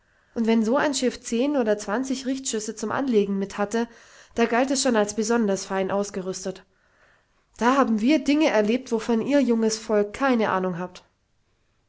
und wenn so ein schiff zehn oder zwanzig richtschüsse zum anlegen mithatte da galt es schon als besonders fein ausgerüstet da haben wir dinge erlebt wovon ihr junges volk keine ahnung habt